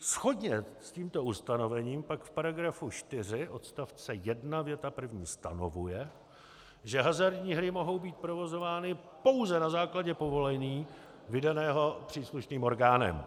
Shodně s tímto ustanovením pak v § 4 odst. 1 věta první stanovuje, že hazardní hry mohou být provozovány pouze na základě povolení, vydaného příslušným orgánem.